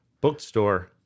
bookstore